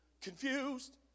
Confused